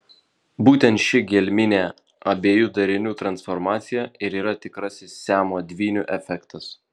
būtent ši gelminė abiejų darinių transformacija ir yra tikrasis siamo dvynių efektas